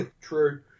True